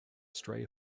stray